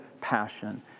passion